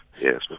Yes